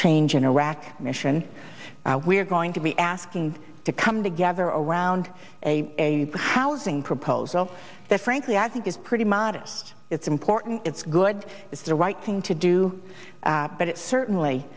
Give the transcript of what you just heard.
change in iraq mission we're going to be asking to come together around a housing proposal that frankly i think is pretty modest it's important it's good it's the right thing to do but it certainly